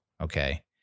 okay